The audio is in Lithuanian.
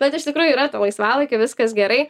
bet iš tikrųjų yra to laisvalaikio viskas gerai